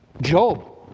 Job